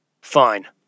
Fine